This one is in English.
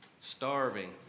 starving